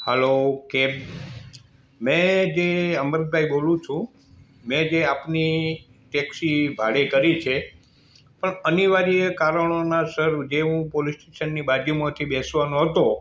hello કેમ મેં જે અમૃતભાઈ બોલું છું મેં જે આપની ટેક્સી ભાડે કરી છે પણ અનિવાર્ય કારણોનાસર જે હું પોલીસ સ્ટેશનની બાજુમાંથી બેસવાનો હતો